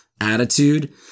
attitude